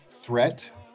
threat